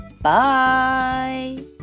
Bye